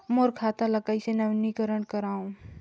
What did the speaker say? मोर खाता ल कइसे नवीनीकरण कराओ?